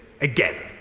again